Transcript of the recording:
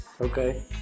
Okay